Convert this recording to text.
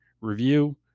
review